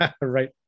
right